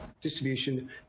distribution